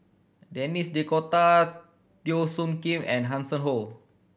Denis D'Cotta Teo Soon Kim and Hanson Ho